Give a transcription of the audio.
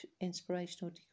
inspirational